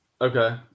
Okay